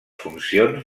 funcions